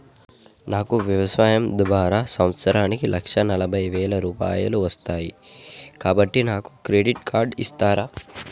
నాకు వ్యవసాయం ద్వారా సంవత్సరానికి లక్ష నలభై వేల రూపాయలు వస్తయ్, కాబట్టి నాకు క్రెడిట్ కార్డ్ ఇస్తరా?